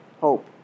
hope